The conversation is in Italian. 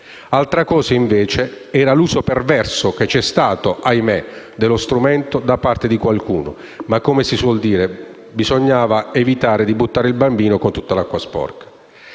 Altra cosa, invece, è l'uso perverso che - ahimè - c'è stato dello strumento da parte di qualcuno, ma, come si suol dire, bisognava evitare di buttare il bambino con tutta l'acqua sporca.